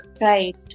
right